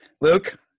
Luke